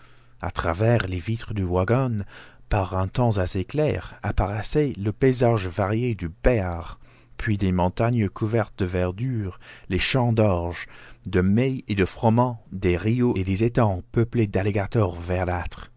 a travers les vitres du wagon par un temps assez clair apparaissait le paysage varié du béhar puis des montagnes couvertes de verdure les champs d'orge de maïs et de froment des rios et des étangs peuplés